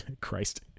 Christ